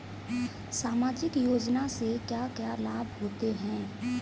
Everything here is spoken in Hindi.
सामाजिक योजना से क्या क्या लाभ होते हैं?